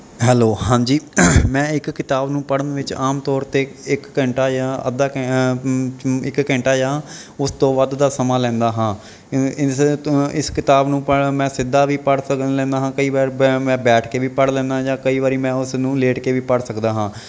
hello ਹਾਂਜੀ ਮੈਂ ਇੱਕ ਕਿਤਾਬ ਨੂੰ ਪੜ੍ਹਨ ਵਿੱਚ ਆਮ ਤੌਰ 'ਤੇ ਇੱਕ ਘੰਟਾ ਜਾਂ ਅੱਧਾ ਇੱਕ ਘੰਟਾ ਜਾਂ ਉਸ ਤੋਂ ਵੱਧ ਦਾ ਸਮਾਂ ਲੈਂਦਾ ਹਾਂ ਇਸ ਕਿਤਾਬ ਨੂੰ ਪੜ੍ਹ ਮੈਂ ਸਿੱਧਾ ਵੀ ਪੜ੍ਹ ਸਕਣ ਲੈਂਦਾ ਹਾਂ ਕਈ ਵਾਰ ਬ ਮੈਂ ਬੈਠ ਕੇ ਵੀ ਪੜ੍ਹ ਲੈਂਦਾ ਜਾਂ ਕਈ ਵਾਰੀ ਮੈਂ ਉਸ ਨੂੰ ਲੇਟ ਕੇ ਵੀ ਪੜ੍ਹ ਸਕਦਾ ਹਾਂ